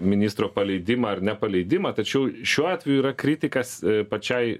ministro paleidimą ar nepaleidimą tačiau šiuo atveju yra kritikas pačiai